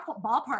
ballpark